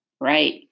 Right